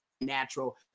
natural